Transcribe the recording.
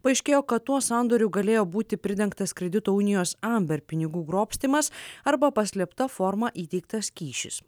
paaiškėjo kad tuo sandoriu galėjo būti pridengtas kredito unijos amber pinigų grobstymas arba paslėpta forma įteiktas kyšis